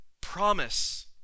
promise